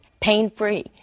pain-free